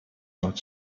not